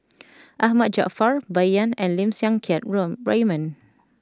Ahmad Jaafar Bai Yan and Lim Siang Keat Raymond